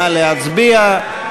נא להצביע.